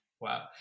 Wow